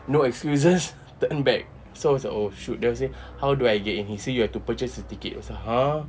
no excuses turn back so I was like oh shoot then I say how do I get in he say you have to purchase a ticket I was like !huh!